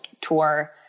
Tour